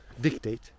dictate